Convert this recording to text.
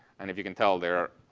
and, if you can tell, they are